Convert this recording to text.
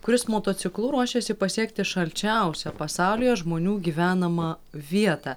kuris motociklu ruošiasi pasiekti šalčiausią pasaulyje žmonių gyvenamą vietą